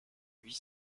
huit